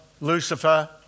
Lucifer